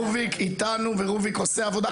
רוביק איתנו ורוביק עושה עבודה,